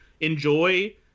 enjoy